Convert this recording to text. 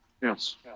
Yes